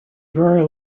very